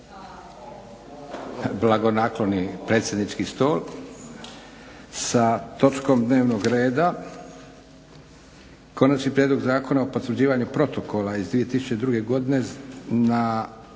Blagonakloni predsjednički stol sa točkom dnevnog reda Konačni prijedlog Zakona o potvrđivanju protokola iz 2002. godine.